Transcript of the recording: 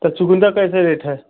त चुकुंदर कैसे रेट हे